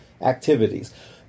activities